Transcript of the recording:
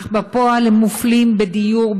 אך בפועל הם מופלים בדיור,